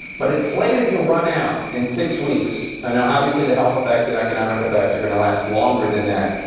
but it's slated to run out in six weeks. ah now, obviously the health effects and economic effects are going to last longer than that.